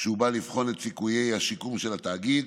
כשהוא בא לבחון את סיכויי השיקום של התאגיד,